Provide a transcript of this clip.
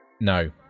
no